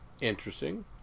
Interesting